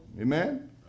Amen